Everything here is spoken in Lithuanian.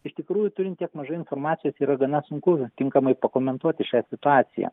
iš tikrųjų turint tiek mažai informacijos yra gana sunku tinkamai pakomentuoti šią situaciją